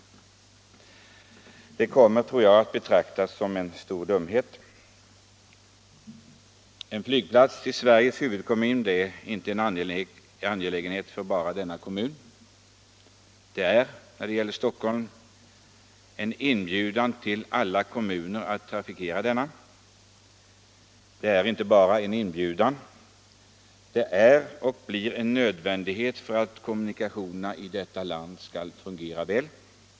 Jag tror att detta kommer att uppfattas som en stor dumhet. En flygplats i Sveriges huvudkommun är inte bara en angelägenhet för denna kommun. Det är, när det gäller Stockholm, en inbjudan till alla kommuner att trafikera denna. Och det är inte bara en inbjudan, det är och förblir en nödvändighet för att kommunikationerna i vårt land skall fungera väl.